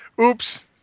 Oops